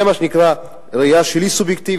זה מה שנקרא: הראייה שלי סובייקטיבית,